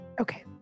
Okay